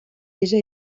déjà